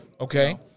Okay